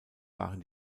waren